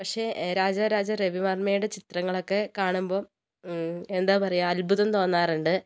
പക്ഷേ രാജരാജരവിവർമ്മയുടെ ചിത്രങ്ങളൊക്കെ കാണുമ്പോൾ എന്താ പറയുക അത്ഭുതം തോന്നാറുണ്ട്